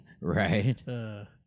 Right